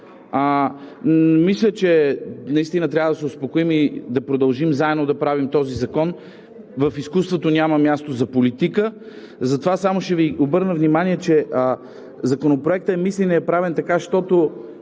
Мисля, че наистина трябва да се успокоим и да продължим заедно да правим този закон. В изкуството няма място за политика, затова само ще Ви обърна внимание, че Законопроектът е мислен и е правен така,